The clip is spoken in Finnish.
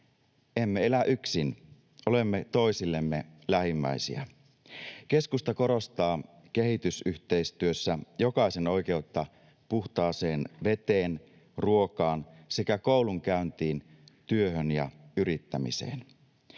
Emme elä yksin. Olemme toisillemme lähimmäisiä. Keskusta korostaa kehitysyhteistyössä jokaisen oikeutta puhtaaseen veteen, ruokaan sekä koulunkäyntiin, työhön ja yrittämiseen.